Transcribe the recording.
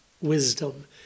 wisdom